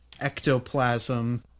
ectoplasm